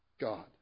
God